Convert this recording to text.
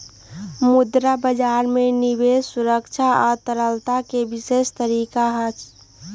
मुद्रा बजार में निवेश सुरक्षा आ तरलता के विशेष तरीका हई